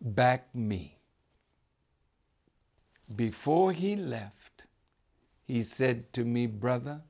back me before he left he said to me brother